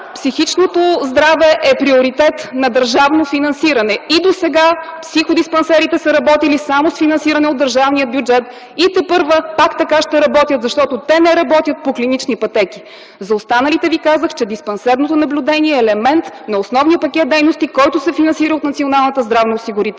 психичното здраве е приоритет - на държавно финансиране. И досега психодиспансерите са работили само с финансиране от държавния бюджет. И тепърва пак така ще работят, защото те не работят по клинични пътеки. За останалите ви казах, че диспансерното наблюдение е елемент на основния пакет дейности, който се финансира от